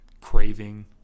craving